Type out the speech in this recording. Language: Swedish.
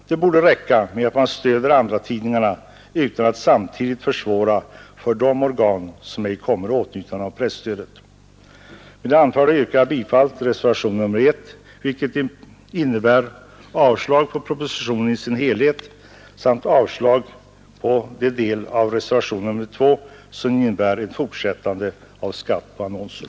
Det borde räcka att man stöder andratidningarna utan att man samtidigt skall försvåra situationen för de organ som ej kommer i åtnjutande av presstödet. Med det anförda yrkar jag bifall till reservationen 1, vilket innebär avslag på propositionen i dess helhet samt likaså avslag på den del av reservationen 2 som avser en fortsatt skatt på annonser.